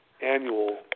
annual